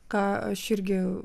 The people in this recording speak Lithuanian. ką aš irgi